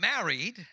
married